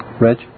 Reg